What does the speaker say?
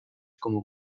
como